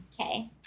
Okay